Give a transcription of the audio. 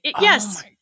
yes